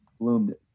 bloomed